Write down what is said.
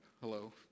Hello